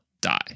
die